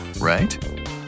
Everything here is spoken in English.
right